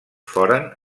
foren